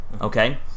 Okay